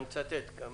אני מצטט,